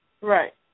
Right